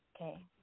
Okay